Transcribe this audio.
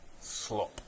Slop